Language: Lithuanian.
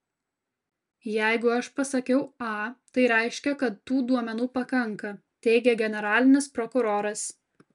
jeigu aš pasakiau a tai reiškia kad tų duomenų pakanka teigė generalinis prokuroras